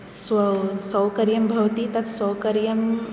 स्वौ सौकर्यं भवति तत् सौकर्यम्